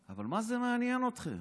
אבל מה זה מעניין אתכם?